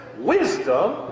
Wisdom